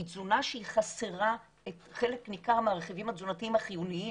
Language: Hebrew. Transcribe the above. היא תזונה שהיא חסרה חלק ניכר מהרכיבים התזונתיים החיוניים.